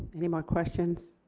any more questions?